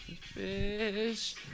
fish